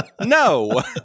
no